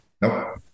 no